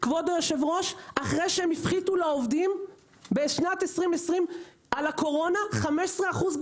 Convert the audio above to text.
אחרי שהם הפחיתו לעובדים בשנת 2020 על הקורונה 15% בשכר.